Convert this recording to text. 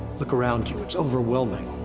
look around you, it's overwhelming.